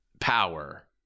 power